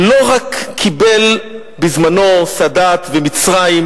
לא רק קיבל בזמנו סאדאת ומצרים,